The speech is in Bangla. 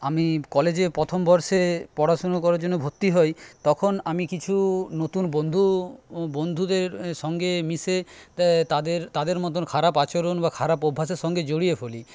আমি কলেজের পথম বর্ষে পড়াশুনো করার জন্য ভর্তি হই তখন আমি কিছু নতুন বন্ধু বন্ধুদের সঙ্গে মিশে তাদের তাদের মতন খারাপ আচরণ বা খারাপ অভ্যাসের সঙ্গে জড়িয়ে ফেলি